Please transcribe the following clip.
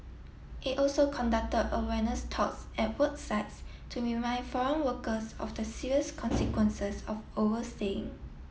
it also conducted awareness talks at work sites to remind foreign workers of the serious consequences of overstaying